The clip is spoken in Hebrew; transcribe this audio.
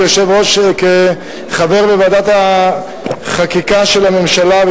כחבר בוועדת החקיקה של הממשלה,